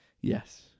Yes